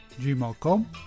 gmail.com